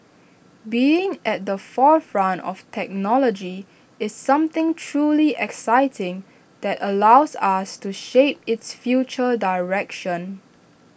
being at the forefront of technology is something truly exciting that allows us to shape its future direction